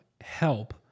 help